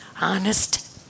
honest